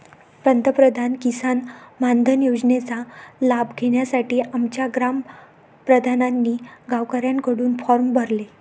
पंतप्रधान किसान मानधन योजनेचा लाभ घेण्यासाठी आमच्या ग्राम प्रधानांनी गावकऱ्यांकडून फॉर्म भरले